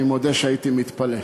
אני מודה שהייתי מתפלא,